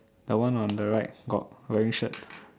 the one on the right got wearing shirt